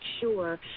sure